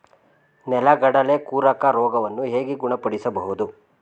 ನೆಲಗಡಲೆ ಕೊರಕ ರೋಗವನ್ನು ಹೇಗೆ ಗುಣಪಡಿಸಬಹುದು?